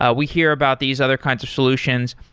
ah we hear about these other kinds of solutions.